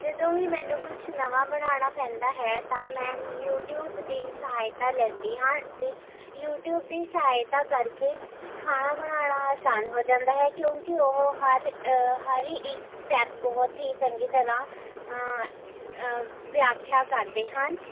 ਜਦੋਂ ਵੀ ਮੈਨੂੰ ਕੁਛ ਨਵਾਂ ਬਣਾਉਣਾ ਪੈਂਦਾ ਹੈ ਤਾਂ ਮੈਂ ਯੂਟਿਊਬ ਦੀ ਸਹਾਇਤਾ ਲੈਂਦੀ ਹਾਂ ਜੀ ਯੂਟਿਊਬ ਦੀ ਸਹਾਇਤਾ ਕਰਕੇ ਖਾਣਾ ਬਣਾਉਣਾ ਆਸਾਨ ਹੋ ਜਾਂਦਾ ਹੈ ਕਿਉਂਕਿ ਉਹ ਹਰ ਹਰ ਇੱਕ ਸਟੈੱਪ ਬਹੁਤ ਹੀ ਚੰਗੀ ਤਰ੍ਹਾਂ ਵਿਆਖਿਆ ਕਰਦੇ ਹਨ